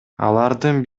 алардын